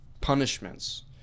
punishments